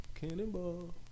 Cannonball